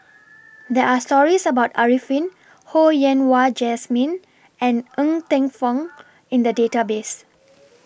There Are stories about Arifin Ho Yen Wah Jesmine and Ng Teng Fong in The Database